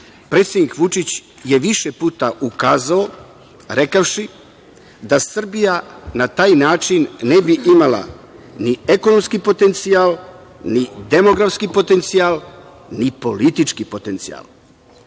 predsednik Vučić je više puta ukazao rekavši da Srbija na taj način ne bi imala ni ekonomski potencijal, ni demografski potencijal, ni politički potencijal. Populaciona